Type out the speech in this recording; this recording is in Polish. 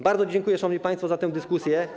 Bardzo dziękuję, szanowni państwo, za tę dyskusję.